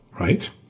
right